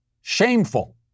Shameful